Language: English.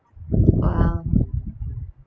!wow!